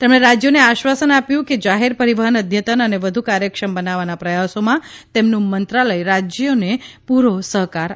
તેમણે રાજ્યોને આશ્વાસન આપ્યું કે જાહેર પરિવહન અદ્યતન અને વધુ કાર્યક્ષમ બનાવવાના પ્રયાસોમાં તેમનું મંત્રાલય રાજ્યોને પૂરો સહકાર આપશે